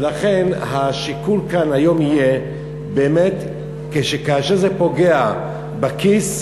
ולכן, השיקול כאן היום יהיה שכאשר זה פוגע בכיס,